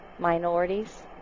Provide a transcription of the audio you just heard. minorities